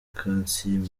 kansiime